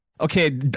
okay